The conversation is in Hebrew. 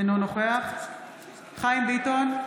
אינו נוכח חיים ביטון,